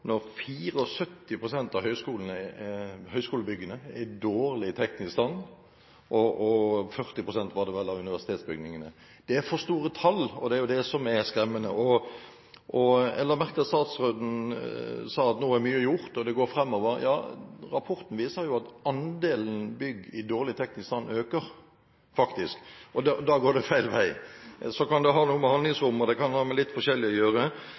av høyskolebyggene og 40 pst., var det vel, av universitetsbygningene er i dårlig teknisk stand. Det er for store tall, og det er det som er skremmende. Jeg la merke til at statsråden sa at nå var mye gjort, og at det går framover. Men rapporten viser at andelen bygg i dårlig teknisk stand faktisk øker. Da går det feil vei. Det kan ha noe med handlingsrom og litt forskjellig å gjøre.